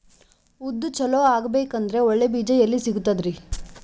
ಉದ್ದು ಚಲೋ ಆಗಬೇಕಂದ್ರೆ ಒಳ್ಳೆ ಬೀಜ ಎಲ್ ಸಿಗತದರೀ?